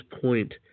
point